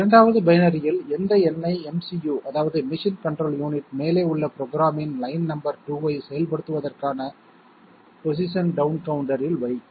2வது பைனரியில் எந்த எண்ணை MCU அதாவது மெஷின் கண்ட்ரோல் யூனிட் மேலே உள்ள ப்ரோக்ராம்மின் லைன் நம்பர் 2ஐ செயல்படுத்துவதற்கான பொசிஷன் டவுன் கவுண்டரில் வைக்கும்